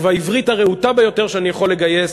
ובעברית הרהוטה ביותר שאני יכול לגייס,